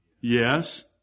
Yes